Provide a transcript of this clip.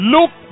Look